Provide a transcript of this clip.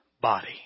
body